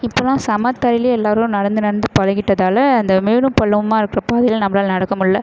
இப்போவெலாம் சம தரையிலே எல்லாேரும் நடந்து நடந்து பழகிட்டதால அந்த மேடும் பள்ளமுமாக இருக்கிற பாதையில் நம்மளால நடக்க முடில